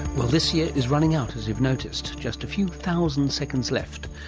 well this year is running out as you've noticed. just a few thousand seconds left.